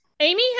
Amy